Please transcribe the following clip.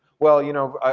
well, you know,